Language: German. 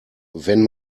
wenn